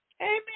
Amen